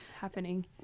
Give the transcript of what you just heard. happening